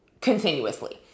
continuously